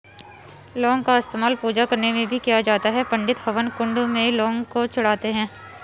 लौंग का इस्तेमाल पूजा करने में भी किया जाता है पंडित हवन कुंड में लौंग को चढ़ाते हैं